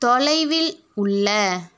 தொலைவில் உள்ள